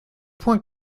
point